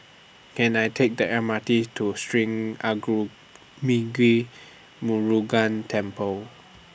Can I Take The M R T to Sri Arulmigu Murugan Temple